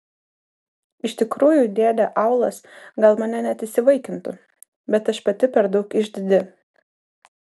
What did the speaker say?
iš tikrųjų dėdė aulas gal mane net įsivaikintų bet aš pati per daug išdidi